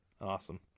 Awesome